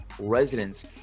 Residents